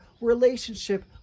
relationship